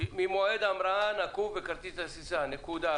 ממועד ההמראה הנקוב בכרטיס הטיסה, נקודה.